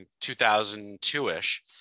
2002-ish